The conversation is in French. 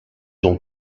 ont